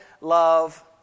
love